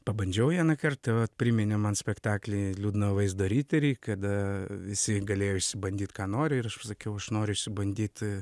pabandžiau vieną kartą vat priminė man spektaklį liūdno vaizdo riteriai kada visi galėjo išsibandyt ką nori ir aš pasakiau aš noriu išsibandyt